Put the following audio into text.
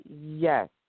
yes